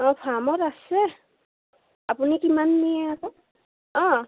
অঁ ফাৰ্মত আছে আপুনি কিমান নিয়ে আকৌ অঁ